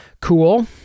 Cool